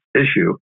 issue